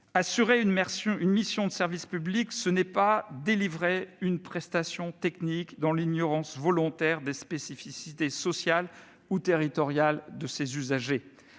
Assurer une mission de service public, ce n'est pas délivrer une prestation technique dans l'ignorance volontaire des spécificités sociales ou territoriales des usagers.